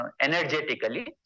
Energetically